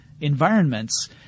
environments